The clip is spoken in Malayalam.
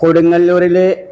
കൊടുങ്ങല്ലൂരിൽ